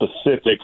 specifics